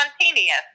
spontaneous